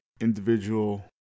individual